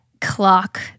clock